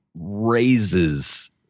raises